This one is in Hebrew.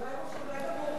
הוא לא היה גמור.